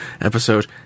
episode